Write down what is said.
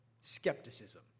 skepticism